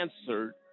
answered